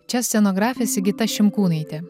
čia scenografė sigita šimkūnaitė